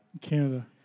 Canada